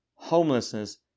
homelessness